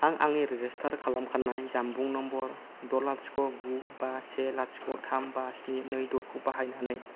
आं आंनि रेजिस्टार खालामखानाय जानबुं नम्बर द लाथिख' गु बा से लाथिख' थाम बा स्निनै द' बाहायनानै